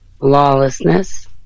Lawlessness